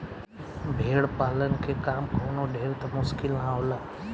भेड़ पालन के काम कवनो ढेर त मुश्किल ना होला